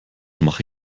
mache